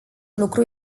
lucru